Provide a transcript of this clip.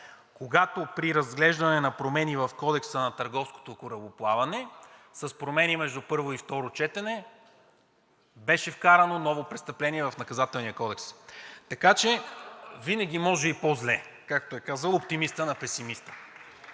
когато при разглеждане на промени в Кодекса на търговското корабоплаване с промени между първо и второ четене беше вкарано ново престъпление в Наказателния кодекс (смях), така че винаги може и по-зле, както е казал оптимистът на песимиста.